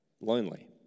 lonely